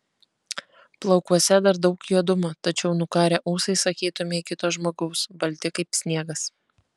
plaukuose dar daug juodumo tačiau nukarę ūsai sakytumei kito žmogaus balti kaip sniegas